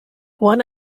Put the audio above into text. one